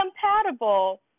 compatible